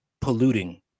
polluting